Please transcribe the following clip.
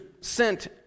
sent